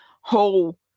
whole